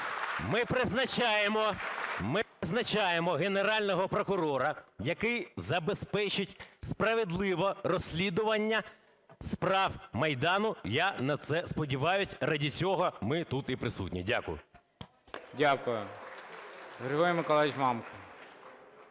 Ми призначаємо Генерального прокурора, який забезпечить справедливо розслідування справ Майдану, я на це сподіваюся, ради цього ми тут і присутні. Дякую. ГОЛОВУЮЧИЙ. Дякую. Григорій Миколайович Мамка.